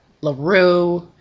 LaRue